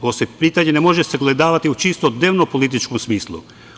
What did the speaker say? Ovo se pitanje ne može sagledavati u čisto dnevnom političkom smislu.